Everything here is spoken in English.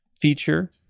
feature